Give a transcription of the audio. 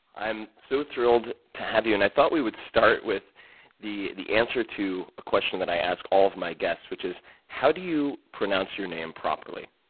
i'm so thrilled to have you, and i thought we would start with the the answer to a question that i ask all of my guests, which is how do you pronounce your name properly?